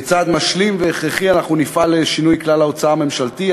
כצעד משלים והכרחי אנחנו נפעל לשינוי כלל ההוצאה הממשלתי.